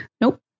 Nope